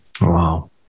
Wow